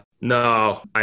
No